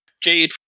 Jade